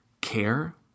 care